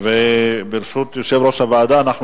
ברשות יושב-ראש ועדת הפנים והגנת הסביבה